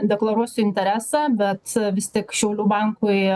deklaruosiu interesą bet vis tik šiaulių bankui